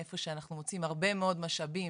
איפה שאנחנו מוצאים הרבה מאוד משאבים,